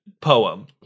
poem